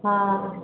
हँ